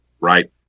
right